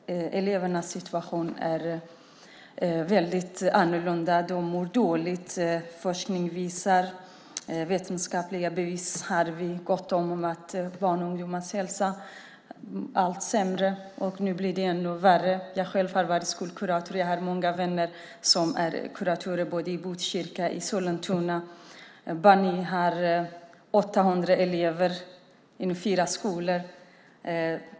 Elevernas situation är väldigt annorlunda. De mår dåligt. Genom forskningen har vi gott om vetenskapliga bevis för att barns och ungdomars hälsa blir allt sämre. Nu blir det ännu värre. Jag har själv varit skolkurator, och jag har många vänner som är kuratorer både i Botkyrka och i Sollentuna. Banni har 800 elever i fyra skolor.